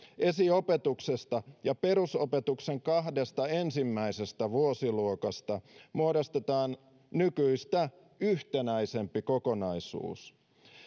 esiopetuksesta ja perusopetuksen kahdesta ensimmäisestä vuosiluokasta muodostetaan nykyistä yhtenäisempi kokonaisuus